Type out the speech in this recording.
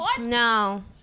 No